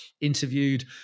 interviewed